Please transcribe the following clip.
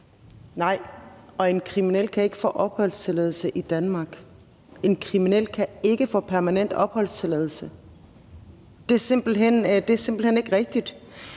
Nej, og en kriminel kan ikke få opholdstilladelse i Danmark. En kriminel kan ikke få permanent opholdstilladelse. Det er simpelt hen ikke rigtigt.